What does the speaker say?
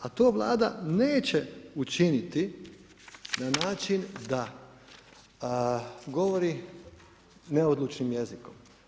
A to Vlada neće učiniti na način da govori neodlučnim jezikom.